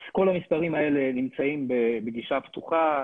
כל המספרים האלה נמצאים בגישה פתוחה,